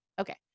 okay